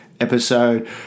episode